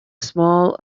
small